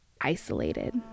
isolated